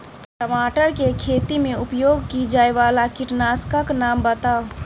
टमाटर केँ खेती मे उपयोग की जायवला कीटनासक कऽ नाम बताऊ?